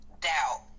doubt